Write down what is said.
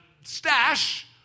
stash